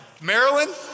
Maryland